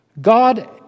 God